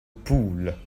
poules